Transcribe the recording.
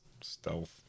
stealth